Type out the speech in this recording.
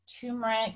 turmeric